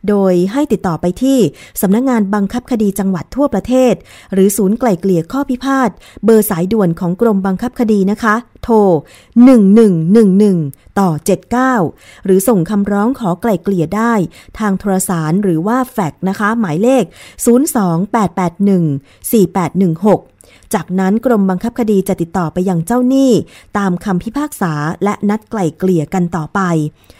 โดยให้ติดต่อไปที่สำนักงานบังคับคดีจังหวัดทั่วประเทศหรือศูนย์ไกลเกลี่ยข้อพิพาทเบอร์สายด่วนของกรมบังคับคดีนะคะโทร1111ต่อ79หรือส่งคำร้องขอไกลเกลี่ยได้ทางโทรสารหรือว่าแฟกซ์นะคะหมายเลข02-881-4816จากนั้นกรมบังคับคดีจะติดต่อไปยังเจ้าหนี้ตามคำพิพากษาและนัดไกลเกลี่ยกันต่อไป